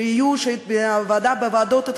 שיהיו בוועדות,